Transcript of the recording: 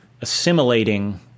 assimilating